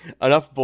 enough